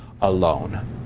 alone